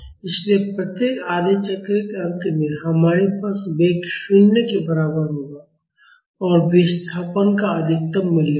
इसलिए प्रत्येक आधे चक्र के अंत में हमारे पास वेग 0 के बराबर होगा और विस्थापन का अधिकतम मूल्य होगा